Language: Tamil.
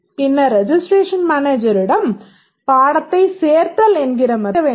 பின்னர் ரெஜிஸ்ட்ரேஷன் மேனேஜரிடம் பாடத்தை சேர்த்தல் என்கிற மெத்தட் இருக்க வேண்டும்